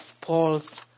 Paul's